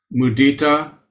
mudita